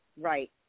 Right